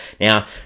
Now